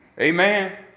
Amen